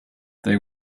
they